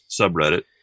subreddit